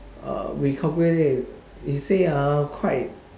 uh we calculate we say uh quite